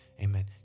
amen